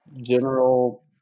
general